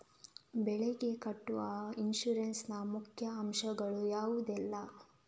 ಬೆಳೆಗೆ ಕಟ್ಟುವ ಇನ್ಸೂರೆನ್ಸ್ ನ ಮುಖ್ಯ ಅಂಶ ಗಳು ಯಾವುದೆಲ್ಲ?